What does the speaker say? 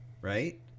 Right